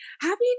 happy